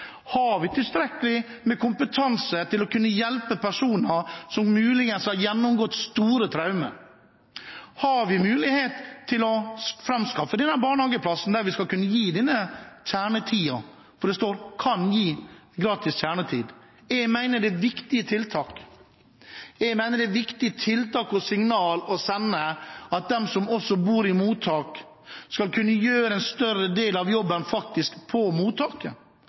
Har vi tilstrekkelig med kompetanse til å kunne hjelpe personer som muligens har gjennomgått store traumer? Har vi mulighet til å framskaffe denne barnehageplassen og gi gratis kjernetid? Det står nemlig «kan tilby gratis kjernetid» i forslaget. Jeg mener det er et viktig tiltak og et viktig signal å sende at også de som bor i mottak, skal kunne gjøre en større del av jobben på mottaket.